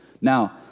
Now